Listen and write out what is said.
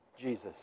Jesus